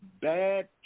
bad